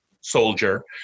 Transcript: soldier